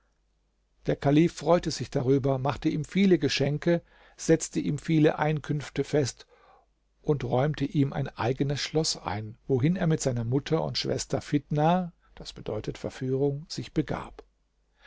der kalif freute sich darüber machte ihm viele geschenke setzte ihm viele einkünfte fest und räumte ihm ein eigenes schloß ein wohin er mit seiner mutter und schwester fitnah bedeutet verführung sich begab